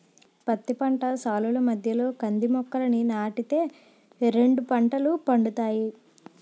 పత్తి పంట సాలుల మధ్యలో కంది మొక్కలని నాటి తే రెండు పంటలు పండుతాయి